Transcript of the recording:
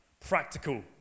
Practical